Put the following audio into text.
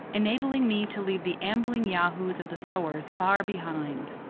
enabling me to leave the ambling yahoos of the sowars far behind.